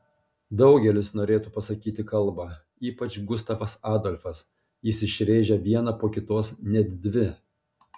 daugelis norėtų pasakyti kalbą ypač gustavas adolfas jis išrėžia vieną po kitos net dvi